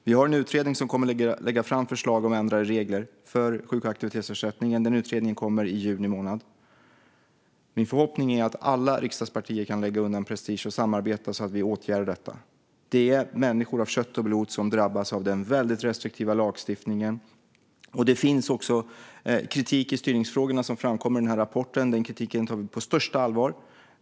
Vi har en utredning som kommer att lägga fram förslag om ändrade regler för sjuk och aktivitetsersättningen. De förslagen kommer i juni månad. Min förhoppning är att alla riksdagspartier då kan lägga undan prestigen och samarbeta så att vi åtgärdar detta. Det är människor av kött och blod som drabbas av den väldigt restriktiva lagstiftningen. Det finns även kritik gällande styrningsfrågorna, vilket framkommer i den här rapporten. Den kritiken tar vi på största allvar.